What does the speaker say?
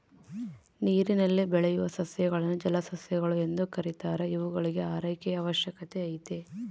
ನೀರಿನಲ್ಲಿ ಬೆಳೆಯುವ ಸಸ್ಯಗಳನ್ನು ಜಲಸಸ್ಯಗಳು ಎಂದು ಕೆರೀತಾರ ಇವುಗಳಿಗೂ ಆರೈಕೆಯ ಅವಶ್ಯಕತೆ ಐತೆ